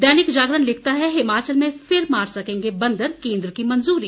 दैनिक जागरण लिखता है हिमाचल में फिर मार सकेंगे बंदर केंद्र की मंजूरी